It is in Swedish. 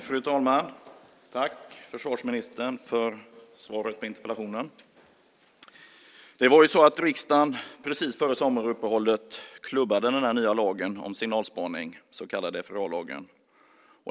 Fru talman! Tack för svaret på interpellationen, försvarsministern. Riksdagen klubbade precis före sommaruppehållet den nya lagen om signalspaning, den så kallade FRA-lagen.